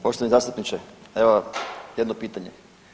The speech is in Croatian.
Poštovani zastupniče evo jedno pitanje.